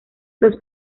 los